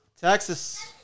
Texas